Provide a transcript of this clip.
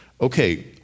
okay